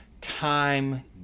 time